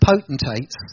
potentates